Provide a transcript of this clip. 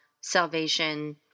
salvation